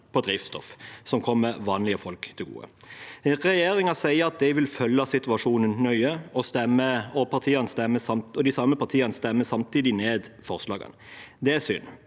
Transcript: på drivstoff. Det vil komme vanlige folk til gode. Regjeringen sier de vil følge situasjonen nøye, og de samme partiene stemmer samtidig ned forslagene. Det er synd,